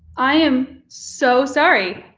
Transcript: i am so sorry.